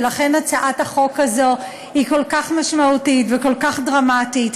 ולכן הצעת החוק הזו היא כל כך משמעותית וכל כך דרמטית,